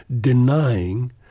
denying